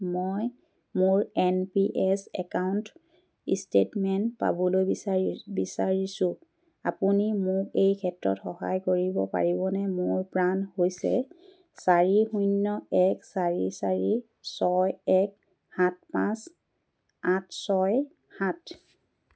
মই মোৰ N P S account statement পাবলৈ বিচাৰিছোঁ আপুনি মোক এই ক্ষেত্ৰত সহায় কৰিব পাৰিবনে মোৰ পান হৈছে চাৰি শূন্য এক চাৰি চাৰি ছয় এক সাত পাঁচ আঠ ছয় সাত